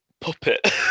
Puppet